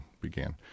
began